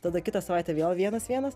tada kitą savaitę vėl vienas vienas